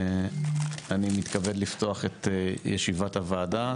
אני מתכבד לפתוח את ישיבת הוועדה,